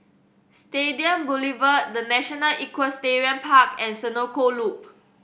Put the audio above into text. Stadium Boulevard The National Equestrian Park and Senoko Loop